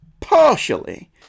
partially